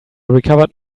recovered